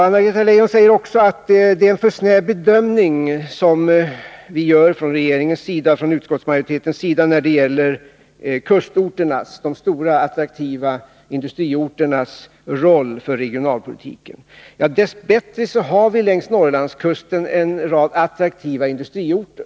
Anna-Greta Leijon säger också att regeringen och utskottsmajoriteten gör en för snäv bedömning när det gäller kustorternas — de stora, attraktiva industriorternas — roll för regionalpolitiken. Dess bättre har vi längs Norrlandskusten en rad attraktiva industriorter.